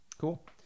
Cool